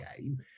game